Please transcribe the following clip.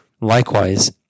Likewise